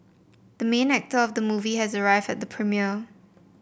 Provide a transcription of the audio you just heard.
the main actor of the movie has arrived at the premiere